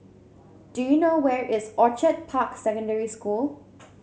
do you know where is Orchid Park Secondary School